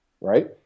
right